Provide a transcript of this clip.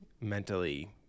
mentally